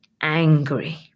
angry